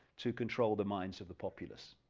to control the minds of the populace.